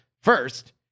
first